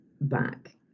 back